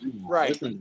right